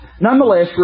Nonetheless